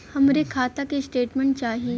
हमरे खाता के स्टेटमेंट चाही?